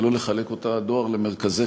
ולא לחלק את הדואר למרכזי